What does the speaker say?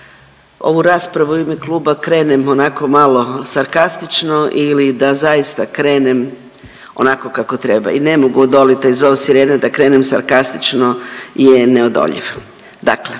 ovu raspravu u ime kluba krenem onako malo sarkastično ili da zaista krenem onako kako treba i ne mogu odolit taj zov sirene da krenem sarkastično je neodoljiv. Dakle,